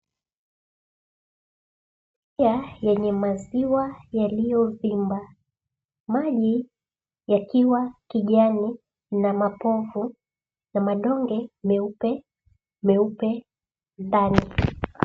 Sufuria yenye maziwa iliyo vimba, maji yakiwa kijani na mapofu na madonge meupe meupe ndani.